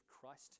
Christ